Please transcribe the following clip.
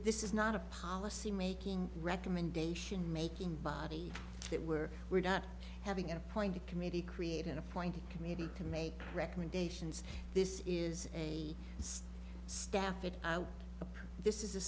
this is not a policy making recommendation making body that were were not having an appoint a committee create an appointed committee to make recommendations this is a staff it appears this is a